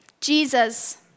Jesus